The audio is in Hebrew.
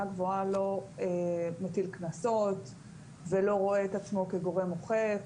גבוהה לא מטיל קנסות ולא רואה את עצמו כגורם אוכף,